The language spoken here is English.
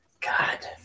God